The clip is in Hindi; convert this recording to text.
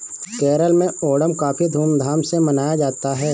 केरल में ओणम काफी धूम धाम से मनाया जाता है